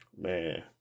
man